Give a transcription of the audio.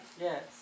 Yes